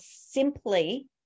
simply